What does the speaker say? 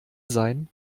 sein